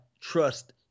trust